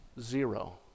Zero